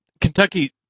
kentucky